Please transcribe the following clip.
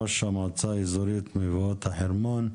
ראש המועצה האזורית מבואות החרמון.